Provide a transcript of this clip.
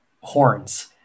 horns